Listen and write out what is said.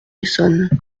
essonne